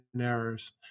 errors